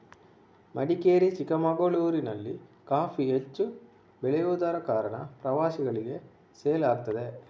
ಮಡಿಕೇರಿ, ಚಿಕ್ಕಮಗಳೂರಿನಲ್ಲಿ ಕಾಫಿ ಹೆಚ್ಚು ಬೆಳೆಯುದರ ಕಾರಣ ಪ್ರವಾಸಿಗಳಿಗೆ ಸೇಲ್ ಆಗ್ತದೆ